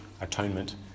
Atonement